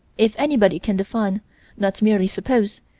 if anybody can define not merely suppose,